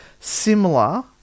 similar